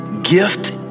Gift